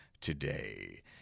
today